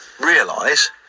realize